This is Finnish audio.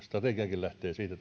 strategiakin lähtee siitä